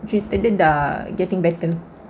cerita dia dah getting better